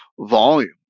volume